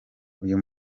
uyu